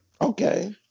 Okay